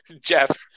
Jeff